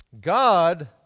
God